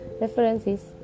references